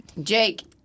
Jake